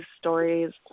stories